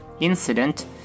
incident